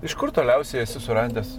iš kur toliausiai esi suradęs